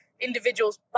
individuals